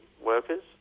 workers